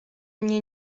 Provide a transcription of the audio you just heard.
mnie